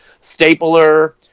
stapler